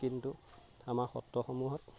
কিন্তু আমাৰ সত্ৰসমূহত